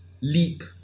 leap